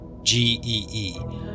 G-E-E